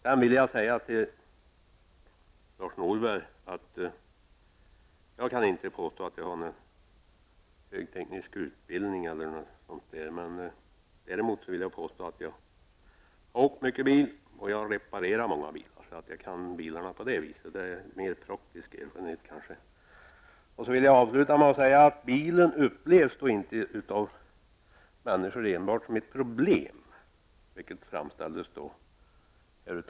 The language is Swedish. Sedan vill jag säga till Lars Norberg att jag inte kan påstå att jag har någon byggteknisk utbildning eller liknande, men däremot vill jag påstå att jag har åkt mycket bil. Jag har även reparerat bilar. På det viset kan jag bilar, men mina erfarenheter är mera praktiska. Jag vill avsluta med att säga att bilen inte upplevs av människor enbart som ett problem, vilket Lars Norberg framställt det som.